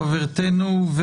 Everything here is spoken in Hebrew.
חברתנו.